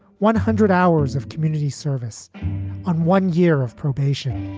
one hundred hours of community service on one year of probation